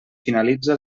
finalitza